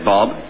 Bob